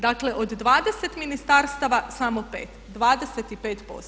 Dakle, od 20 ministarstava samo 5, 25%